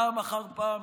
פעם אחר פעם,